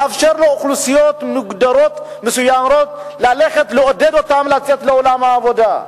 לאפשר לאוכלוסיות מוגדרות מסוימות ולעודד אותן לצאת לעולם העבודה.